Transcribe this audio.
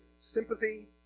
sympathy